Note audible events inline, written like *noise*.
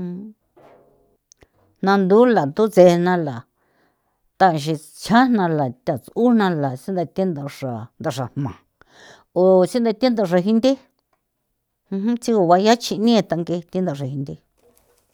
*noise* jna nthula thutse na la thaxin chja jna yala u nala xru nthathe ndaxra ndaxra jma o sinthathee ndaxra jinthe tsigo guayachi nie thank'e thentha xre jinthe. *noise*